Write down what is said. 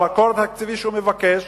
התקציב שהוא מבקש,